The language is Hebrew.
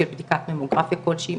שגם בדיקות סקר יכולות להיות מותאמות אישית.